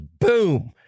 boom